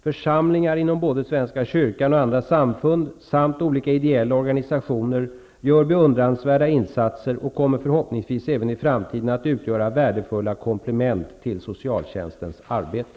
Församlingar inom både Svenska kyrkan och andra samfund samt olika ideella organisationer gör beundransvärda insatser och kommer förhoppningsvis även i framtiden att utgöra värdefulla komplement till socialtjänstens arbete.